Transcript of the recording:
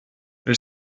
ils